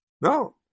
No